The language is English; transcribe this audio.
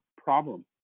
problem